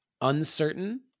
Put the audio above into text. Uncertain